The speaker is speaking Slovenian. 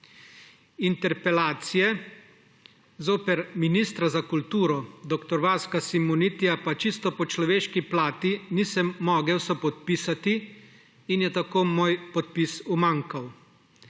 Interpelacije zoper ministra za kulturo dr. Vaska Simonitija pa čisto po človeški plati nisem mogel sopodpisati in je tako moj podpis umanjkal.